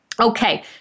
Okay